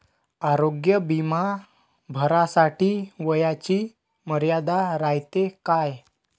आरोग्य बिमा भरासाठी वयाची मर्यादा रायते काय?